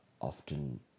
often